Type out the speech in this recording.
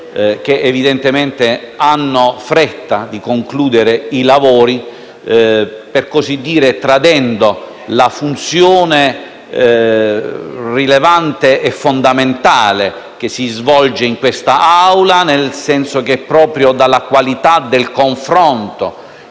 che, evidentemente, hanno fretta di concludere i lavori tradendo, per così dire, la funzione rilevante e fondamentale che si svolge in quest'Aula. Infatti, è proprio dalla qualità del confronto,